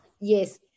yes